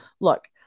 Look